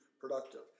productive